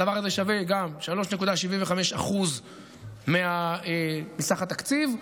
הדבר הזה שווה גם 3.75% מסך התקציב,